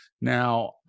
Now